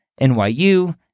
NYU